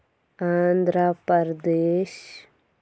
Andhra Pradesh